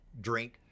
drink